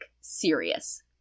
serious